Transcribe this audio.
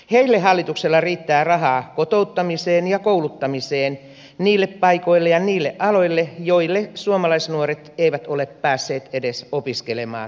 heille hallituksella riittää rahaa kotouttamiseen ja kouluttamiseen niille paikoille ja niille aloille joille suomalaisnuoret eivät ole päässeet edes opiskelemaan ammattia itselleen